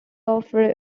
offer